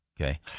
okay